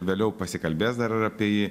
vėliau pasikalbės dar ir apie jį